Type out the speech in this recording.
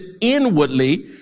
inwardly